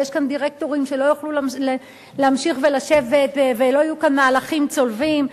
ויש כאן דירקטורים שלא יוכלו להמשיך ולשבת ולא יהיו כאן מהלכים צולבים,